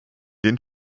den